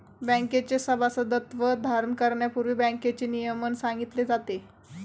बँकेचे सभासदत्व धारण करण्यापूर्वी बँकेचे नियमन सांगितले जाते